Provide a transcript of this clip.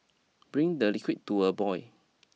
bring the liquid to a boil